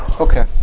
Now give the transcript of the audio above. Okay